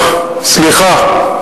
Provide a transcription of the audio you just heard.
סליחה.